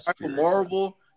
Marvel